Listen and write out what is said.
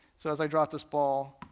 so as i drop this ball,